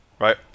Right